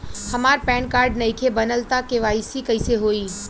हमार PAN card नईखे बनल त के.वाइ.सी कइसे होई?